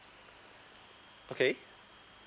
okay